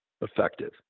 effective